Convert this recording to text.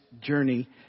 journey